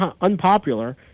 unpopular